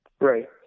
Right